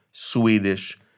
Swedish